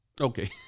Okay